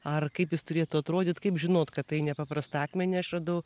ar kaip jis turėtų atrodyt kaip žinot kad tai nepaprastą akmenį aš radau